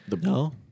No